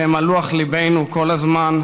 שהם על לוח ליבנו כל הזמן,